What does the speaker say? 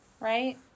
right